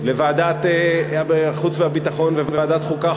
לוועדת החוץ והביטחון וועדת החוקה,